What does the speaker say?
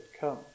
come